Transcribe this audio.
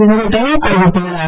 செங்கோட்டையன் அறிவித்துள்ளார்